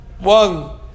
one